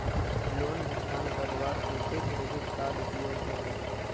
Loan भुगतान करवार केते डेबिट कार्ड उपयोग होबे?